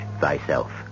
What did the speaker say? thyself